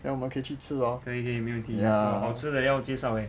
then 我们可以去吃 lor ya